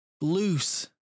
loose